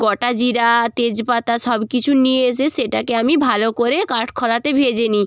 গোটা জিরা তেজপাতা সব কিছু নিয়ে এসে সেটাকে আমি ভালো করে কাঠখোলাতে ভেজে নিই